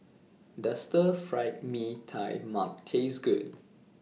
Does Stir Fried Mee Tai Mak Taste Good